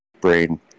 brain